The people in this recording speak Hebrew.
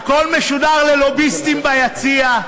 והכול משודר ללוביסטים ביציע.